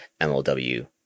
MLW